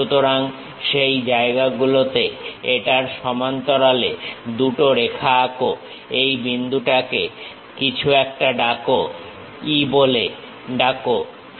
সুতরাং সেই জায়গাগুলোতে এটার সমান্তরালে দুটো রেখা আঁকো এই বিন্দুটাকে কিছু একটা E বলে ডাকা যাক